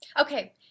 Okay